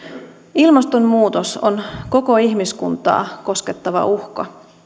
ilmastonmuutos on koko ihmiskuntaa koskettava uhka